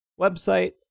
website